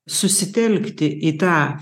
susitelkti į tą